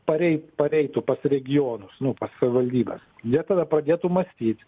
parei pareitų pas regionus nu savivaldybes jie tada padėtų mąstyt